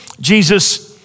Jesus